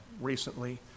recently